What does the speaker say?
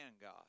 God